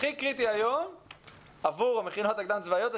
הכי קריטי היום עבור המכינות הקדם צבאיות זה